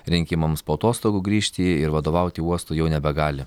rinkimams po atostogų grįžti ir vadovauti uostui jau nebegali